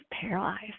paralyzed